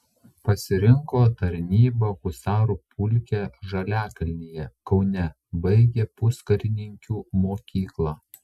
pasirinko tarnybą husarų pulke žaliakalnyje kaune baigė puskarininkių mokyklą